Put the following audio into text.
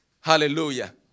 Hallelujah